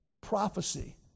prophecy